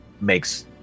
makes